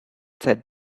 said